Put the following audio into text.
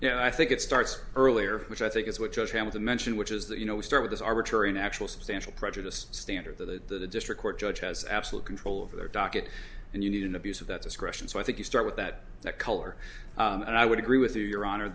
you know i think it starts earlier which i think is what judge hamilton mentioned which is that you know we start with this arbitrary and actual substantial prejudiced standard that the district court judge has absolute control of their docket and you need an abuse of that discretion so i think you start with that that color and i would agree with you your honor